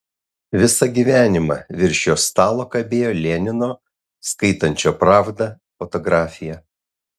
visą gyvenimą virš jo stalo kabėjo lenino skaitančio pravdą fotografija